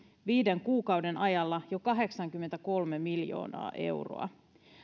viiden kuukauden ajalla jo kahdeksankymmentäkolme miljoonaa euroa